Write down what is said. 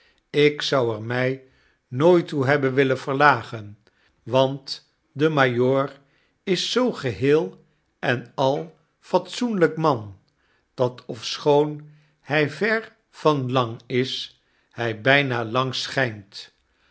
ik zou er my nooit toe hebben willen verlagen want de majoor is zoo geheel en al fatsoenlyk man dat ofschoon hij ver van lang is hy byna lang